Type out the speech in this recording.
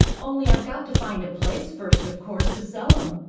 only i've got to find a place, first, of course, to sell em.